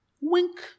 Wink